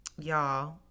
y'all